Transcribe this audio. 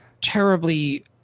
terribly